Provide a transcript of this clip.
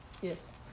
Yes